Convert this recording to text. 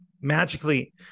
magically